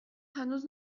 هنوز